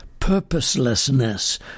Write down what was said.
purposelessness